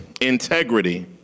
integrity